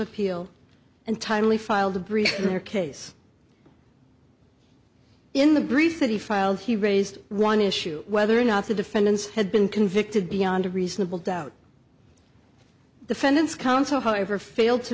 appeal and timely filed a brief in their case in the brief that he filed he raised one issue whether or not the defendants had been convicted beyond a reasonable doubt defendant's counsel however failed to